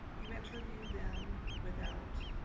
you interview them without